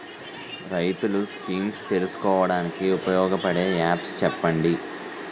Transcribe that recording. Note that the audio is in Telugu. రైతులు స్కీమ్స్ తెలుసుకోవడానికి ఉపయోగపడే యాప్స్ చెప్పండి?